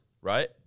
right